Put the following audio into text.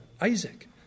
Isaac